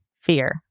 fear